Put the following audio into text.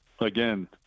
again